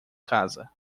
casa